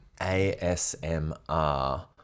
ASMR